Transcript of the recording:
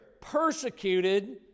Persecuted